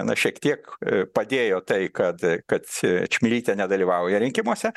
na šiek tiek padėjo tai kad kad čmilytė nedalyvauja rinkimuose